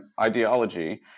ideology